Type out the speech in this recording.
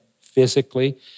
physically